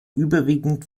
überwiegend